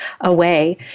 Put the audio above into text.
away